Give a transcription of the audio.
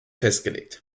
festgelegt